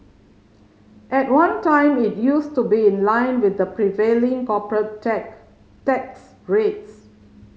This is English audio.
at one time it used to be in line with the prevailing corporate tech tax rates